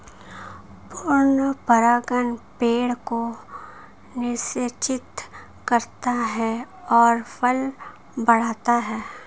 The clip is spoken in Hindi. पूर्ण परागण पेड़ को निषेचित करता है और फल बढ़ता है